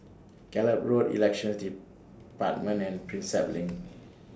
Gallop Road Elections department and Prinsep LINK